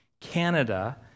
Canada